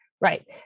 right